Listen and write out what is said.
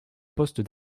poste